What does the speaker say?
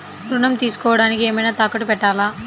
ఋణం తీసుకొనుటానికి ఏమైనా తాకట్టు పెట్టాలా?